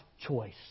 choice